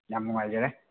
ꯌꯥꯝ ꯅꯨꯡꯉꯥꯏꯖꯔꯦ